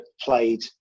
played